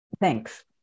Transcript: Thanks